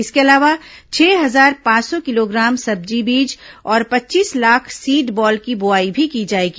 इसके अलावा छह हजार पांच सौ किलोग्राम सब्जी बीज और पच्चीस लाख सीड बॉल की बोआई भी की जाएगी